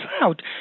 out